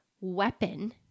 weapon